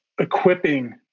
equipping